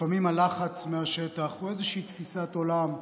לפעמים הלחץ מהשטח או איזושהי תפיסת עולם,